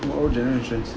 all generations